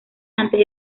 antes